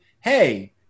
hey